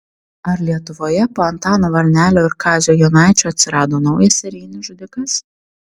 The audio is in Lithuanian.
ar lietuvoje po antano varnelio ir kazio jonaičio atsirado naujas serijinis žudikas